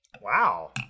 Wow